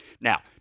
Now